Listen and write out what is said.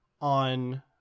on